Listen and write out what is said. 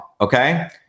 Okay